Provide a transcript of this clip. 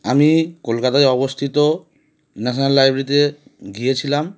আমি কলকাতায় অবস্থিত ন্যাশানাল লাইব্রেরিতে গিয়েছিলাম